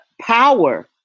power